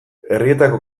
herrietako